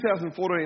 2014